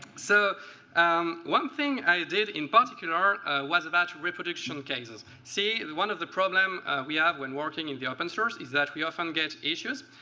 so um one thing i did in particular was a batch reproduction cases. see, one of the problem we have, when working in the open-source, is that we often get issues.